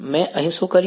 મેં અહીં શું કર્યું